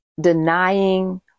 denying